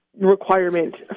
requirement